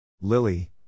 Lily